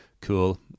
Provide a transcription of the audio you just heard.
cool